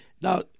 Now